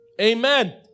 Amen